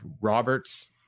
Roberts